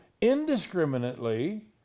indiscriminately